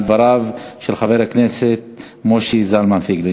דבריו של חבר הכנסת משה זלמן פייגלין.